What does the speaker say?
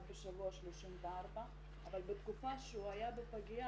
בשבוע 34. אבל בתקופה שהוא היה בפגיה,